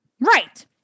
Right